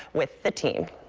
with the team.